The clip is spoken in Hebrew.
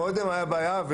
קודם הייתה בעיה.